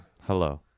Hello